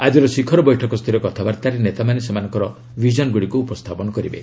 ଆଜିର ଶିଖର ବୈଠକସ୍ତରୀୟ କଥାବାର୍ତ୍ତାରେ ନେତାମାନେ ସେମାନଙ୍କର ଭିଜନଗୁଡ଼ିକୁ ଉପସ୍ଥାପନ କରିବେ